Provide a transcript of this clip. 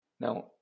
Now